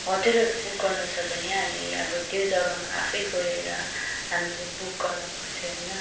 होटेलहरू बुक गर्नु छ भने हामी अब त्यो जग्गामा आफै गएर हामीले बुक गर्न पर्थ्यो होइन